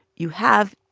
you have,